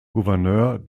gouverneur